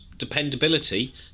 dependability